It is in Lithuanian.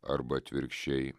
arba atvirkščiai